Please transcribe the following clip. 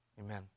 amen